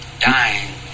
Dying